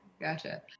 Gotcha